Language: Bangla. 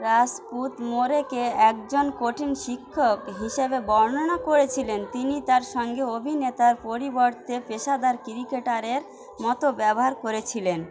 রাজপুত মোরেকে একজন কঠিন শিক্ষক হিসেবে বর্ণনা করেছিলেন তিনি তার সঙ্গে অভিনেতার পরিবর্তে পেশাদার ক্রিকেটারের মতো ব্যবহার করেছিলেন